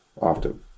often